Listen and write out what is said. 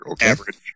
average